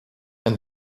and